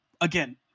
again